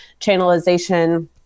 channelization